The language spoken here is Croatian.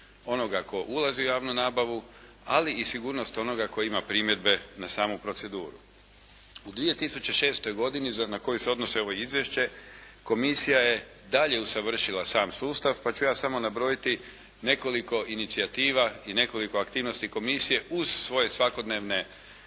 onoga tko ulazi u javnu nabavu, ali i sigurnost onoga tko ima primjedbe na samu proceduru. U 2006. godini za, na koju se odnosi ovo Izvješće, Komisija je dalje usavršila sam sustav, pa ću ja samo nabrojiti nekoliko inicijativa i nekoliko aktivnosti Komisije uz svoje svakodnevne